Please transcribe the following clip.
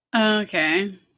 Okay